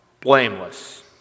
blameless